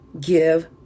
give